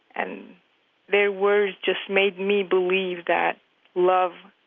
and their words just made me believe that love